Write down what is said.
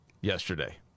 yesterday